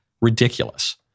ridiculous